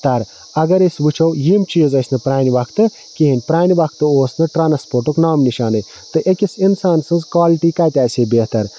تَر اگر أسۍ وٕچھو یِم چیٖز ٲسۍ نہٕ پرانہِ وقتہٕ کِہیٖنۍ پرانہِ وقتہٕ اوس نہٕ ٹرانسپوٹُک نام نِشانے أکِس اِنسان سٕنٛس کالٹی کَتہِ آسہِ بہتَر